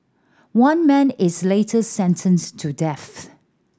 one man is later sentenced to death